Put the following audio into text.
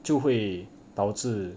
就会导致